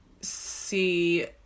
see